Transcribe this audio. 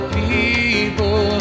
people